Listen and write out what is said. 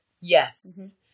Yes